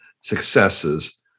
successes